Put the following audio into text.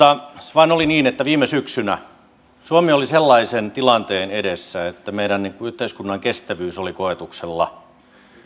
vaan oli niin että viime syksynä suomi oli sellaisen tilanteen edessä että meidän yhteiskuntamme kestävyys oli koetuksella